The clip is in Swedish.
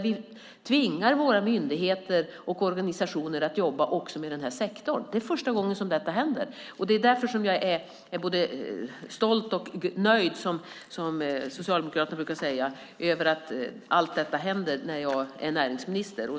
Vi tvingar våra myndigheter och organisationer att också jobba med denna sektor. Det är första gången som detta händer. Det är därför jag är både stolt och nöjd - som socialdemokrater brukar säga - över att allt detta händer när jag är näringsminister.